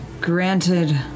granted